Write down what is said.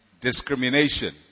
discrimination